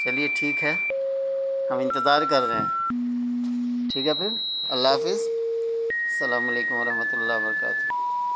چلیے ٹھیک ہے ہم انتظار کر رہے ہیں ٹھیک ہے پھر اللہ حافظ السلام علیکم و رحمتہ وبرکاتہ